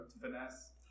finesse